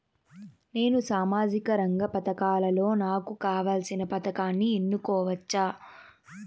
నేను సామాజిక రంగ పథకాలలో నాకు కావాల్సిన పథకాన్ని ఎన్నుకోవచ్చా?